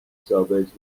ثابت